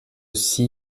aussi